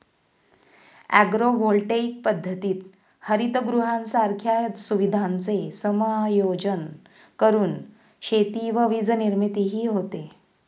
agrovoltaic पद्धतीत हरितगृहांसारख्या सुविधांचे समायोजन करून शेती व वीजनिर्मितीही होते